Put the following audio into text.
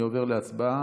אני עובר להצבעה.